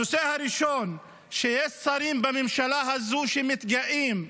הנושא הראשון הוא שיש שרים בממשלה הזו שמתגאים,